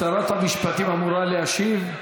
שרת המשפטים אמורה להשיב.